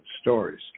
stories